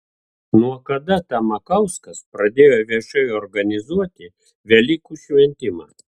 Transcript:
nuo kada tamakauskas pradėjo viešai organizuoti velykų šventimą